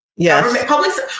Yes